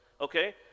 okay